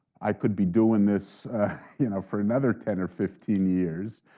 i could be doing this you know for another ten or fifteen years,